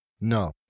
No